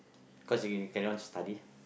cause you cannot just study